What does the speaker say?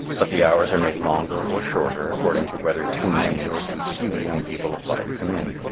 but the hours are made longer or shorter according to whether too many or too few young people apply to come in.